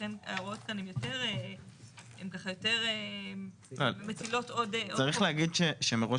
לכן ההערות כאן הן יותר מטילות עוד --- צריך להגיד שמראש